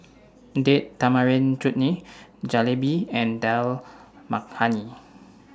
Date Tamarind Chutney Jalebi and Dal Makhani